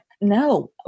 no